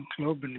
globally